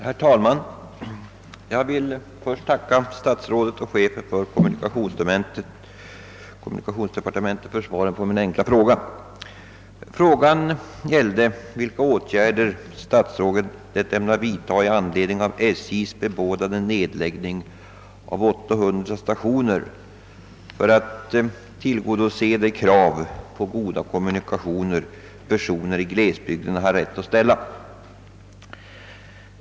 Herr talman! Jag ber att få tacka statsrådet och chefen för kommunikationsdepartementet för svaret på min enkla fråga. Frågan gällde vilka åtgärder statsrådet ämnar vidtaga i anledning av SJ:s bebådade nedläggning av 800 stationer för att tillgodose de krav på goda kommunikationer som människorna i glesbygderna har rätt att ställa.